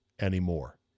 anymore